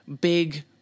big